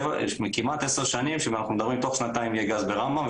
כמעט עשר שנים שאנחנו מדברים שבתוך שנתיים יהיה גז ברמב"ם.